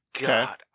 God